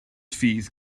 fydd